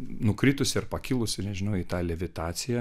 nukritusi ar pakilusi nežinau į tą levitaciją